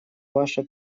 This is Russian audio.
ваше